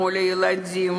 מול הילדים,